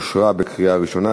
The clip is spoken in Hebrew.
התשע"ה 2014,